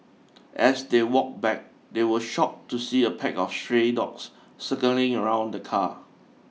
as they walked back they were shocked to see a pack of stray dogs circling around the car